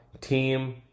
team